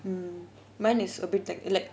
mm mine is a bit like li~